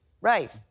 Right